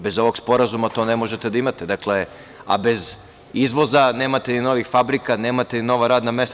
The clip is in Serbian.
Bez ovog sporazuma to ne možete da imate, a bez izvoza nemate ni novih fabrika, nemate ni nova radna mesta.